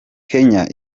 kenya